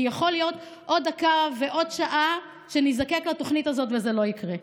כי עוד דקה ועוד שעה יכול להיות שנזדקק לתוכנית הזאת וזה לא יקרה.